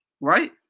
right